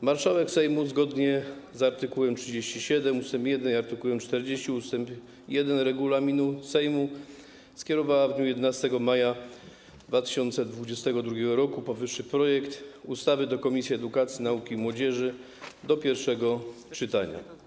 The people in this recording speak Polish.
Marszałek Sejmu, zgodnie z art. 37 ust. 1 i art. 40 ust. 1 regulaminu Sejmu, skierowała w dniu 11 maja 2022 r. powyższy projekt ustawy do Komisji Edukacji, Nauki i Młodzieży do pierwszego czytania.